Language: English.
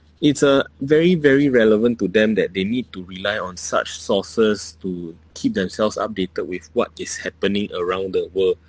it's a very very relevant to them that they need to rely on such sources to keep themselves updated with what is happening around the world